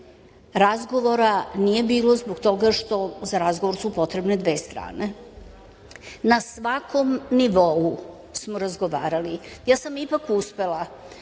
Razgovora nije bilo zbog toga što su za razgovor potrebne dve strane. Na svakom nivou smo razgovarali. Ja sam ipak uspela